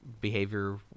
behavior